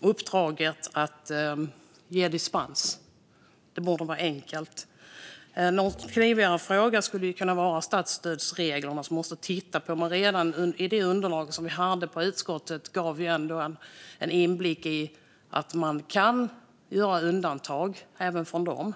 uppdraget att ge dispens. Det borde vara enkelt. En något knivigare fråga skulle kunna vara statsstödsreglerna, som man måste titta på. Men redan det underlag vi hade i utskottet gav ändå en insikt om att man kan göra undantag, även från dem.